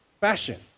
fashion